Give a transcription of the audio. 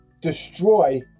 destroy